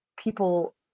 people